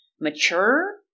mature